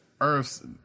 Earth's